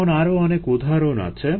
এমন আরো অনেক উদাহরণ আছে